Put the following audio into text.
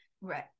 Right